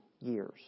years